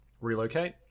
relocate